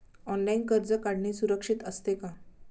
Online कर्ज काढणे सुरक्षित असते का?